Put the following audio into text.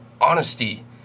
honesty